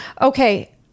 Okay